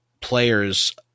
players